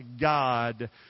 God